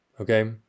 okay